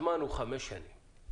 הזמן הוא חמש שנים.